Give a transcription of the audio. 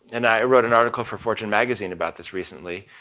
and i wrote an article for fortune magazine about this recently,